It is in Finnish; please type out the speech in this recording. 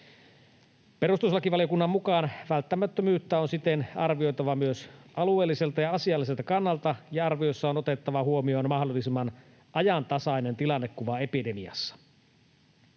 Perustuslakivaliokunnan mukaan välttämättömyyttä on siten arvioitava myös alueelliselta ja asialliselta kannalta ja arviossa on otettava huomioon mahdollisimman ajantasainen tilannekuva epidemiassa.